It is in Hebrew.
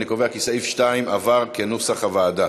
אני קובע כי סעיף 2 התקבל כנוסח הוועדה.